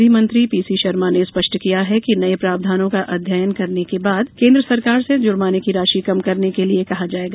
विधि मंत्री पीसी शर्मा ने स्पष्ट किया है कि नये प्रावधानों का अध्ययन करने के बाद केन्द्र सरकार से जुर्माने की राशि कम करने के लिये कहा जाएगा